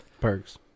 Perks